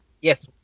Yes